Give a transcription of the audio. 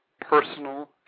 personal